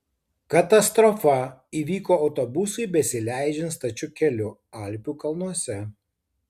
katastrofa įvyko autobusui besileidžiant stačiu keliu alpių kalnuose